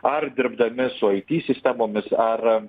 ar dirbdami su it sistemomis ar